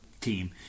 team